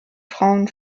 frauen